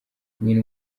nyina